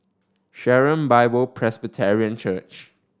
Sharon Bible Presbyterian Church